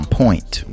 point